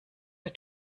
der